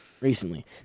recently